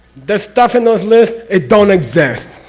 the stuff in those lists, it don't exist!